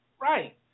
Right